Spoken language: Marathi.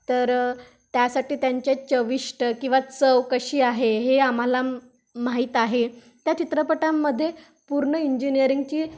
तर त्यासाठी त्यांचे चविष्ट किंवा चव कशी आहे हे आम्हाला माहीत आहे त्या चित्रपटांमध्ये पूर्ण इंजिनीअरिंगची